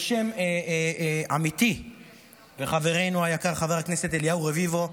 בשם עמיתי וחברנו היקר חבר הכנסת אליהו רביבו.